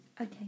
Okay